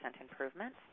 improvement